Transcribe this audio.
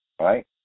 right